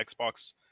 Xbox